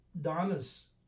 Donna's